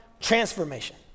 transformation